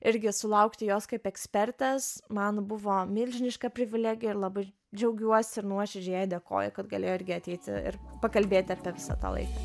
irgi sulaukti jos kaip ekspertės man buvo milžiniška privilegija ir labai džiaugiuosi ir nuoširdžiai jai dėkoju kad galėjo irgi ateiti ir pakalbėti apie visą tą laiką